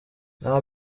nta